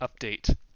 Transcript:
update